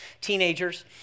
teenagers